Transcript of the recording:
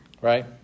Right